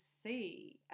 see